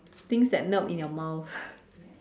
things that melt in your mouth